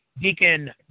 Deacon